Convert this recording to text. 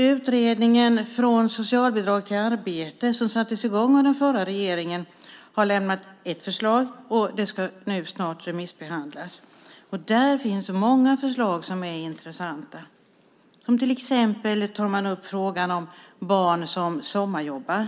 Utredningen Från socialbidrag till arbete som sattes i gång av den förra regeringen har lämnat ett förslag, och det ska nu snart remissbehandlas. Där finns många förslag som är intressanta. Till exempel tar man upp frågan om barn som sommarjobbar.